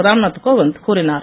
ராம் நாத் கோவிந்த் கூறினார்